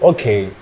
Okay